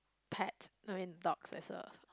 pets no I mean dogs as a